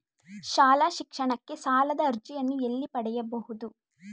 ಶಾಲಾ ಶಿಕ್ಷಣಕ್ಕೆ ಸಾಲದ ಅರ್ಜಿಯನ್ನು ಎಲ್ಲಿ ಪಡೆಯಬಹುದು?